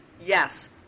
yes